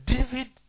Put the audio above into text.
David